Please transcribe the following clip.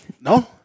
No